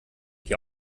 die